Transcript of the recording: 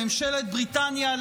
לממשלת בריטניה,